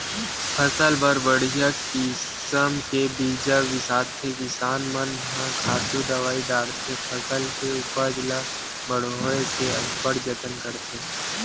फसल बर बड़िहा किसम के बीजा बिसाथे किसान मन ह खातू दवई डारथे फसल के उपज ल बड़होए के अब्बड़ जतन करथे